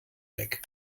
weg